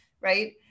right